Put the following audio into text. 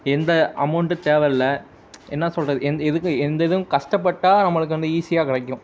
எந்த அமௌண்ட்டும் தேவைல்ல என்ன சொல்வது எந்த எதுக்கும் எந்த எதுவும் கஷ்டப்பட்டா நம்மளுக்கு வந்து ஈஸியாக கிடைக்கும்